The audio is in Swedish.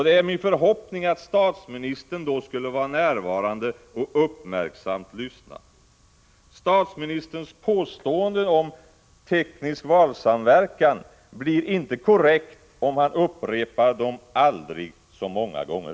Det är min förhoppning att statsministern då skulle vara närvarande och uppmärksamt lyssna. Statsministerns påstående om teknisk valsamverkan blir inte korrekt om han upprepar det aldrig så många gånger.